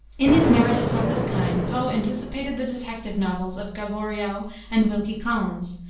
in his narratives of this kind poe anticipated the detective novels of gaboriau and wilkie collins,